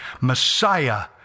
Messiah